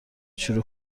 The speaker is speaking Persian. شروع